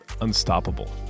unstoppable